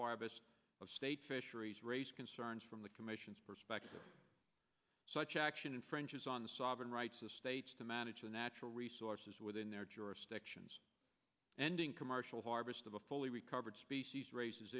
harvest of state fisheries raised concerns from the commission's perspective such action infringes on the sovereign rights of states to manage their natural resources within their jurisdictions ending commercial harvest of a fully recovered species raises